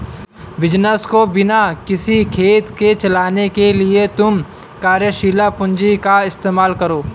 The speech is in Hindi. बिज़नस को बिना किसी खेद के चलाने के लिए तुम कार्यशील पूंजी का इस्तेमाल करो